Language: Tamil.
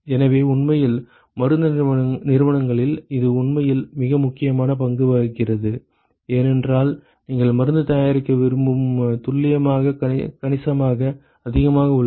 எனவே உண்மையில் மருந்து நிறுவனங்களில் இது உண்மையில் மிக முக்கியமான பங்கு வகிக்கிறது ஏனென்றால் நீங்கள் மருந்து தயாரிக்க விரும்பும் துல்லியம் கணிசமாக அதிகமாக உள்ளது